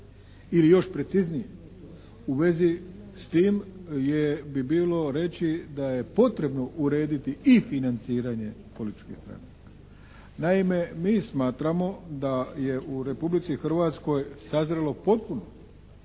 Ili još preciznije, u vezi s tim je bi bilo reći da je potrebno urediti i financiranje političkih stranaka. Naime, mi smatramo da je u Republici Hrvatskoj sazrjelo potpuno